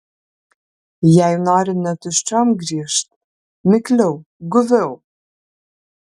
jei nori ne tuščiom grįžt mikliau guviau